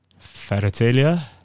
Faratelia